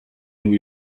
new